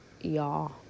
y'all